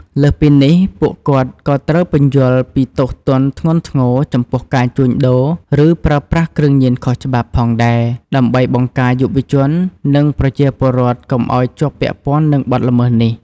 លើសពីនេះ ពួកគាត់ក៏ត្រូវពន្យល់ពី ទោសទណ្ឌធ្ងន់ធ្ងរចំពោះការជួញដូរ ឬប្រើប្រាស់គ្រឿងញៀនខុសច្បាប់ ផងដែរ ដើម្បីបង្ការយុវជន និងប្រជាពលរដ្ឋកុំឱ្យជាប់ពាក់ព័ន្ធនឹងបទល្មើសនេះ។